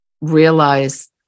realize